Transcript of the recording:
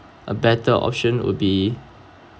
a better option would be